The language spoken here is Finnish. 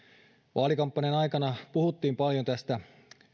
vaalikampanjan aikana puhuttiin paljon tästä